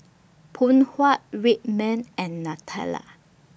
Phoon Huat Red Man and Nutella